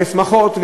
ויש שמחות,